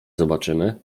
zobaczymy